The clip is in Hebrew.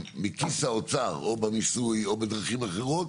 מכיס האוצר, או במיסוי, או בדרכים אחרות,